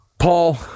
paul